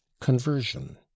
conversion